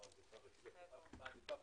אני פותחת, ברשותכם,